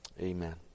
Amen